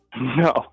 No